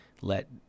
let